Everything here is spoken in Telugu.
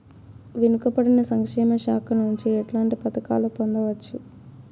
వెనుక పడిన సంక్షేమ శాఖ నుంచి ఎట్లాంటి పథకాలు పొందవచ్చు?